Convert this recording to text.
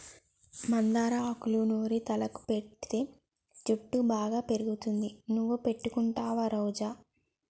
మందార ఆకులూ నూరి తలకు పెటితే జుట్టు బాగా పెరుగుతుంది నువ్వు పెట్టుకుంటావా రోజా